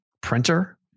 printer